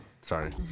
sorry